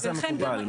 מה זה המקובל?